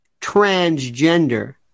transgender